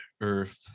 Earth